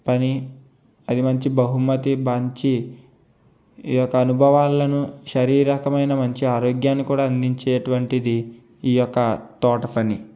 పని అది మంచి బహుమతి బంచి ఈ యొక అనుభవాలను శరీరకమైన మంచి ఆరోగ్యాన్ని కూడా అందించేటువంటిది ఈ యొక తోటపని